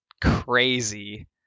crazy